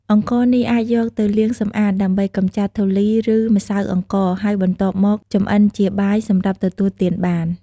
អង្ករនេះអាចយកទៅលាងសម្អាត ដើម្បីកម្ចាត់ធូលី ឬម្សៅអង្ករ ហើយបន្ទាប់មកចម្អិនជាបាយសម្រាប់ទទួលទានបាន។